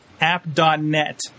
app.net